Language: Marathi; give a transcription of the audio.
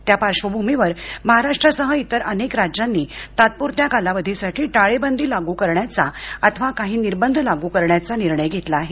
त्या पाश्र्वभूमीवर महाराष्ट्रासह इतर अनेक राज्यांनी तात्पुरत्या कालावधीसाठी टाळेबंदी लागू करण्याचा अथवा काही निर्बंध लागू करण्याचा निर्णय घेतला आहे